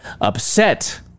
upset